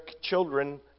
children